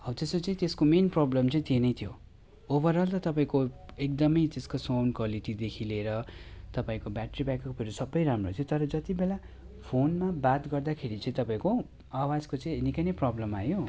हौ त्यस्तो चाहिँ त्यसको मेन प्रब्लम चाहिँ त्यही नै थियो ओभरअल त तपाईँको एकदमै त्यसको साउन्ड क्वालिटीदेखि लिएर तपाईँको ब्याट्री ब्याकअपहरू सबै राम्रो थियो तर जति बेला फोनमा बात गर्दाखेरि चाहिँ तपाईँको आवाजको चाहिँ निकै नै प्रब्लम आयो